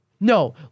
no